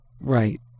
right